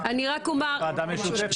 בסדר, אז אנחנו נעבור עכשיו לוועדה המשותפת.